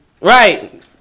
Right